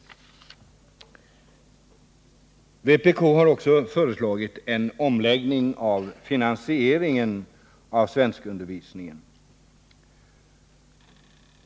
Vpk har också föreslagit en omläggning av finansieringen av svenskundervisningen.